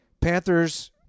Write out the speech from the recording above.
Panthers